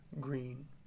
green